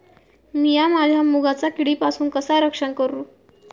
मीया माझ्या मुगाचा किडीपासून कसा रक्षण करू?